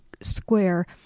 Square